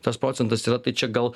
tas procentas yra tai čia gal